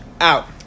out